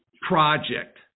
project